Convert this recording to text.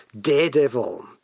Daredevil